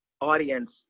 audience